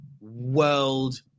world